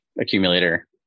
accumulator